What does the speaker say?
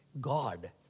God